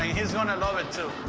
he's gonna love it too.